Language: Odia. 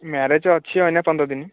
ମ୍ୟାରେଜ୍ ଅଛି ଆଉ ଏଇନା ପନ୍ଦର୍ ଦିନ